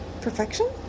Perfection